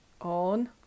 on